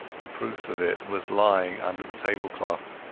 the proof of it was lying under the table-cloth.